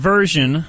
version